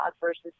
versus